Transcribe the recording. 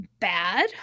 bad